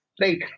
right